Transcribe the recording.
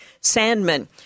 Sandman